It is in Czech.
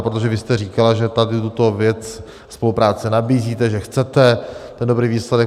Protože vy jste říkala, že tady tuto věc, spolupráci nabízíte, že chcete ten dobrý výsledek.